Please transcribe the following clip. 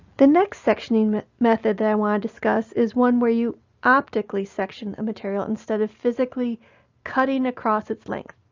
the next sectioning method i want to discuss is one where you optically section a material instead of physically cutting across its length.